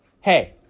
hey